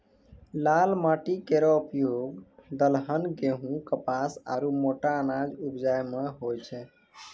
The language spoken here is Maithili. लाल माटी केरो उपयोग दलहन, गेंहू, कपास आरु मोटा अनाज उपजाय म होय छै